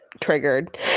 triggered